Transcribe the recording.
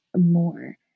more